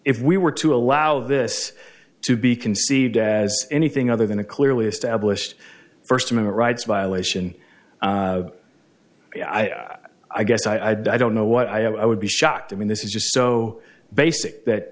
if we were to allow this to be conceived as anything other than a clearly established first human rights violation i guess i don't know what i would be shocked i mean this is just so basic that